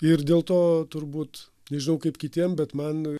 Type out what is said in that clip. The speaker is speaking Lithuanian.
ir dėl to turbūt nežinau kaip kitiem bet man